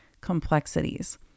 complexities